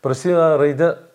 prasideda raide